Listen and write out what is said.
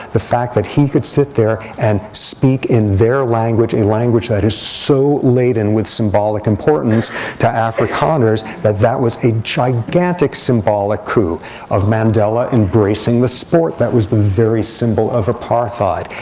the fact that he could sit there and speak in their language, a language that is so laden with symbolic importance to afrikaners, that that was a gigantic symbolic coup of mandela embracing the sport that was the very symbol of apartheid,